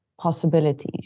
possibilities